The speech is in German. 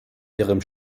ihrem